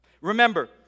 Remember